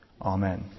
Amen